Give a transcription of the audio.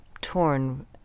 torn